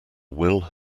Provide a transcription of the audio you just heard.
will